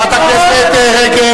חברת הכנסת רגב,